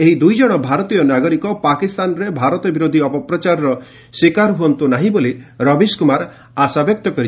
ଏହି ଦୁଇଜଣ ଭାରତୀୟ ନାଗରିକ ପାକିସ୍ତାନରେ ଭାରତ ବିରୋଧୀ ଅପପ୍ରଚାରର ଶିକାର ହୁଅନ୍ତୁ ନାହିଁ ବୋଲି ରବୀଶ କୁମାର ଆଶାବ୍ୟକ୍ତ କରିଛନ୍ତି